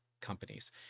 companies